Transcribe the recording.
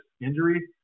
injury